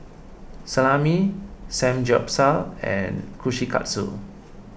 Salami Samgyeopsal and Kushikatsu